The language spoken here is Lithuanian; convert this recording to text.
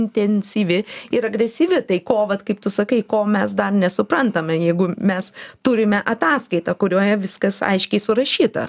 intensyvi ir agresyvi tai ko vat kaip tu sakai ko mes dar nesuprantame jeigu mes turime ataskaitą kurioje viskas aiškiai surašyta